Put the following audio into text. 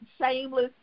shameless